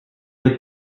with